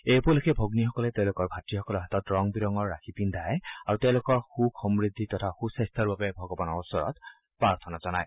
এই উপলক্ষে ভগ্নীসকলে তেওঁলোকৰ ভাত়সকলৰ হাতত ৰং বিৰঙৰ ৰাখি পিন্ধাই আৰু তেওঁলোকৰ সুখ সমূদ্ধি তথা সুস্বাস্থ্যৰ বাবে ভগৱানৰ ওচৰত প্ৰাৰ্থনা জনায়